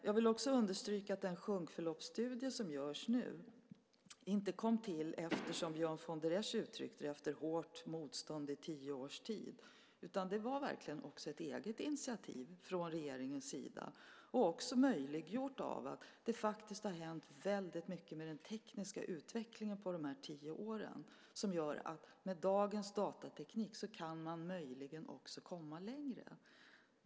Jag vill också understryka att den sjunkförloppsstudie som görs nu inte kom till, som Björn von der Esch uttryckte det, efter hårt motstånd i tio års tid. Det var verkligen ett eget initiativ från regeringens sida, möjliggjort av att det har hänt väldigt mycket med den tekniska utvecklingen på de här tio åren så att man med dagens datateknik möjligen kan komma längre.